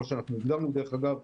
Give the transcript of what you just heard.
נמצאת תחת משרד החינוך.